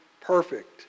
perfect